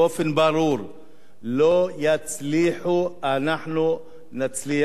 לא יצליחו, אנחנו נצליח לגבור עליהם.